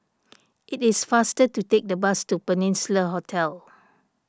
it is faster to take the bus to Peninsula Hotel